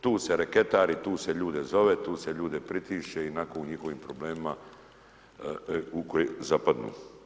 Tu se reketari, tu se ljude zove, tu se ljude pritišće i onako o njihovim problemima u koje zapadnu.